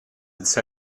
its